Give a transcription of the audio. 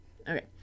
Okay